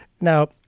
Now